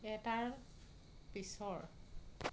এটাৰ পিছৰ